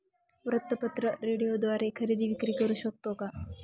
वृत्तपत्र, रेडिओद्वारे खरेदी विक्री करु शकतो का?